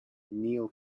neil